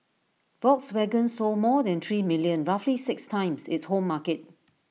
Volkswagen sold more than three million roughly six times its home market